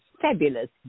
fabulous